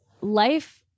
life